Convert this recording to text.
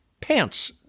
pants